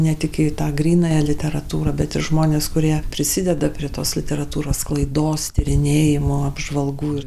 ne tik į tą grynąją literatūrą bet į žmones kurie prisideda prie tos literatūros sklaidos tyrinėjimo apžvalgų ir